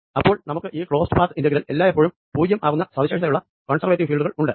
അപ്പോൾ നമുക്ക് ഈ ക്ലോസ്ഡ് പാത്ത് ഇന്റഗ്രൽ എല്ലായെപ്പോഴും പൂജ്യം ആകുന്ന സവിശേഷതയുള്ള കോൺസെർവേറ്റീവ് ഫീൽഡുകൾ ഉണ്ട്